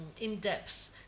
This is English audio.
in-depth